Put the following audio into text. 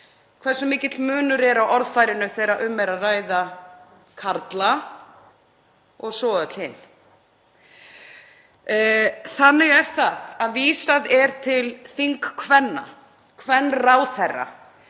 hversu mikill munur er á orðfærinu þegar um er að ræða karla og svo öll kyn. Vísað er til þingkvenna, kvenráðherra,